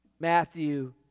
Matthew